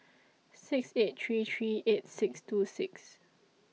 six eight three three eight six two six